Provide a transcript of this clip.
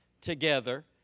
together